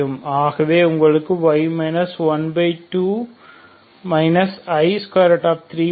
ஆகவே உங்களுக்கு y 12 i32